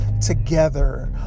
together